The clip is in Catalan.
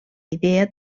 idea